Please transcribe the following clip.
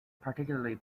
particularly